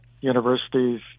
universities